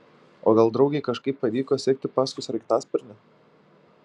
o gal draugei kažkaip pavyko sekti paskui sraigtasparnį